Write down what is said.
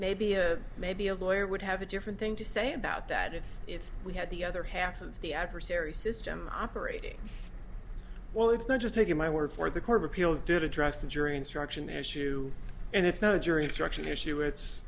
maybe a maybe a lawyer would have a different thing to say about that is if we had the other half of the adversary system operating well it's not just taking my word for the court of appeals did address the jury instruction issue and it's not a jury instruction issue it's